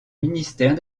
ministère